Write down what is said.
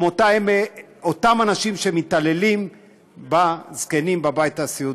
כמו אותם אנשים שמתעללים בזקנים בבית הסיעודי.